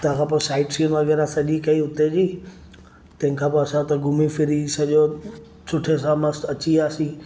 हुतांखां पोइ site scene वग़ैरह सॼी कई उते जी तंहिंखां पोइ असां हुते घुमी फिरी सॼो सुठे सां मस्तु अची वियासीं